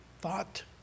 thought